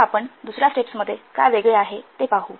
आता आपण दुसऱ्या स्टेप्समध्ये काय वेगळे आहे ते पाहू